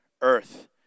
earth